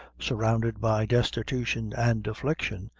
surrounded by destitution and affliction,